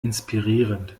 inspirierend